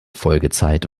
folgezeit